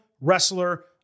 wrestler